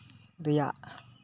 ᱨᱮᱭᱟᱜ